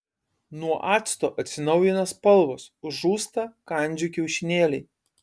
nuo acto atsinaujina spalvos žūsta kandžių kiaušinėliai